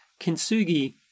Kintsugi